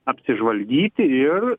apsižvalgyti ir